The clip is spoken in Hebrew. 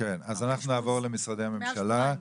נעבור למשרדי הממשלה.